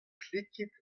klikit